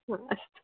हा अस्तु